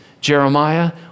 Jeremiah